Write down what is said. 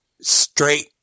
straight